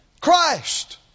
Christ